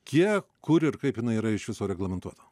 kiek kur ir kaip jinai yra iš viso reglamentuota